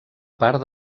part